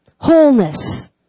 Wholeness